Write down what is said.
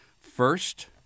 First